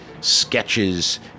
sketches